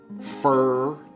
fur